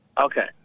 Okay